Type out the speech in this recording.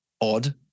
odd